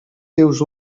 seus